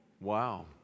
Wow